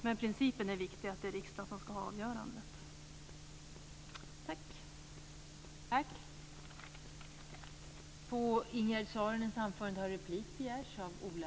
Men principen att det är riksdagen som ska ha avgörandet är viktig.